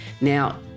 Now